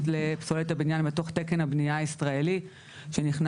לפסולת הבניין בתוך תקן הבנייה הישראלי שנכנס